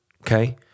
Okay